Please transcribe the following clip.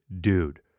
dude